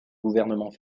gouvernement